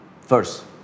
First